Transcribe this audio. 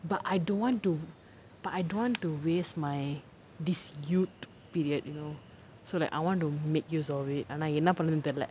but I don't want to but I don't want to waste my this youth period you know so like I want to make use of it ஆனா என்ன பண்ணனும்னு தெரில:aanaa enna pannanumnu therila